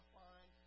find